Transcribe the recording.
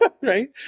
right